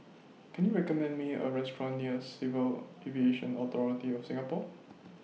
Can YOU recommend Me A Restaurant near Civil Aviation Authority of Singapore